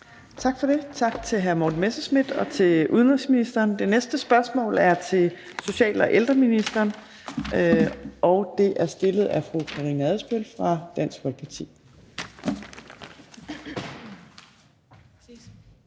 Tak for det. Tak til hr. Morten Messerschmidt og til udenrigsministeren. Det næste spørgsmål er til social- og ældreministeren, og det er stillet af fru Karina Adsbøl fra Dansk Folkeparti.